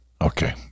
Okay